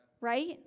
right